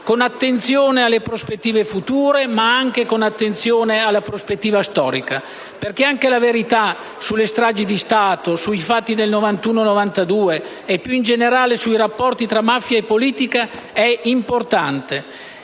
con attenzione alle prospettive future, ma anche con attenzione alla prospettiva storica, perché anche la verità sulle stragi di Stato, sui fatti del '91-'92 e, più in generale, sui rapporti tra mafia e politica è importante